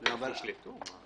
אין נמנעים,